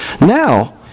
Now